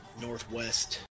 northwest